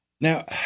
Now